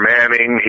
Manning